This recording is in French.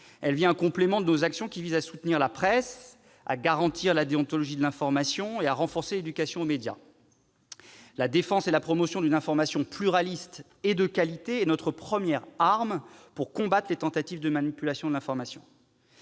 Elle vient en complément de nos actions visant à soutenir la presse, à garantir la déontologie de l'information et à renforcer l'éducation aux médias. La défense et la promotion d'une information pluraliste et de qualité sont nos premières armes pour combattre les tentatives de manipulation de l'information.